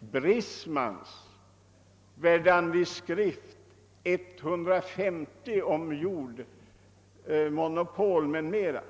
Brisman skriver i Verdandis småskrifter nr 150 om jordreformerna.